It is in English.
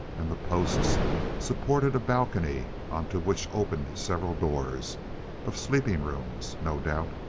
and the posts supported a balcony onto which opened several doors of sleeping rooms, no doubt.